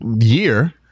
year